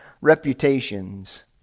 reputations